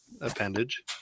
appendage